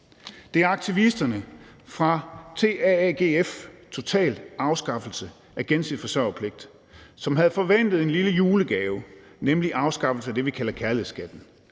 Det er aktivisterne fra TAAGF, Total Afskaffelse Af Gensidig Forsørgerpligt, som havde forventet en lille julegave, nemlig afskaffelse af det, vi kalder kærlighedsskatten.